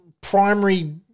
primary